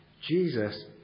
Jesus